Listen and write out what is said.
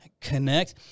connect